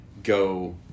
go